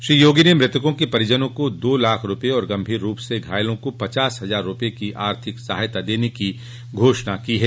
श्री योगी ने मृतकों के परिजनों को दो लाख रूपये और गंभीर रूप से घायलों को पचास हजार रूपये की आर्थिक सहायता देने की घोषणा की है